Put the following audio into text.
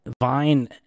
Vine